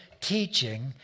teaching